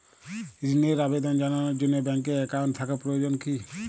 ঋণের আবেদন জানানোর জন্য ব্যাঙ্কে অ্যাকাউন্ট থাকা প্রয়োজন কী?